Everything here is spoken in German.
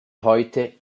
heute